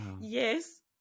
yes